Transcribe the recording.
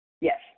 yes